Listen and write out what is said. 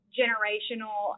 generational